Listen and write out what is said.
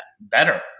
better